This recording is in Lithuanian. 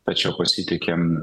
tačiau pasitikim